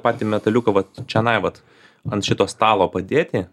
patį metaliuką va čianai vat ant šito stalo padėti